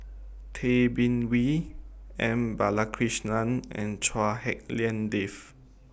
Tay Bin Wee M Balakrishnan and Chua Hak Lien Dave